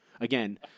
Again